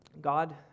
God